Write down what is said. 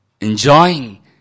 enjoying